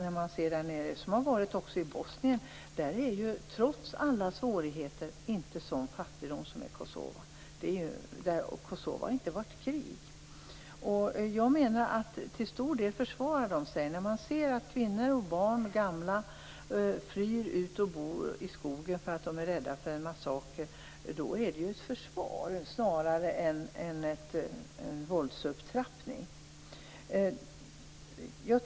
Trots alla svårigheter i Bosnien är där inte en sådan fattigdom som i Kosova. Kosova har inte varit i krig. Barn, kvinnor och gamla flyr ut i skogarna för att bo där av rädsla för massakrer, och detta är ju ett försvar snarare än en våldsupptrappning.